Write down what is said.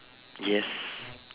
yes